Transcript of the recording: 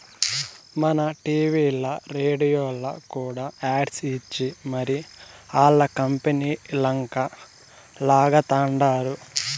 మన టీవీల్ల, రేడియోల్ల కూడా యాడ్స్ ఇచ్చి మరీ ఆల్ల కంపనీలంక లాగతండారు